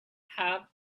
have